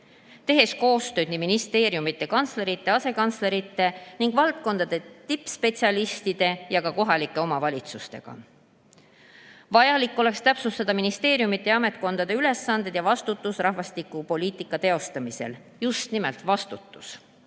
tehes koostööd nii ministeeriumide kantslerite ja asekantslerite, valdkondade tippspetsialistide kui ka kohalike omavalitsustega. Vaja oleks täpsustada ministeeriumide ja ametkondade ülesanded ja vastutus rahvastikupoliitika teostamisel – just nimelt vastutus.